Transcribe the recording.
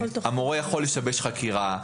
המורה יכול לשבש חקירה.